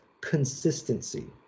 consistency